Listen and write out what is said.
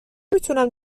تونم